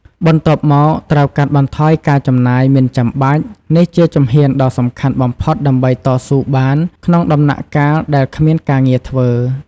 បន្ទាប់មក ត្រូវកាត់បន្ថយការចំណាយមិនចាំបាច់ នេះជាជំហានដ៏សំខាន់បំផុតដើម្បីតស៊ូបានក្នុងដំណាក់កាលដែលគ្មានការងារធ្វើ។